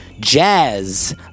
Jazz